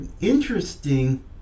interesting